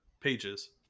pages